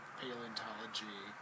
paleontology